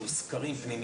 בסיכון,